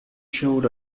showed